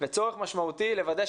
וצורך משמעותי לוודא,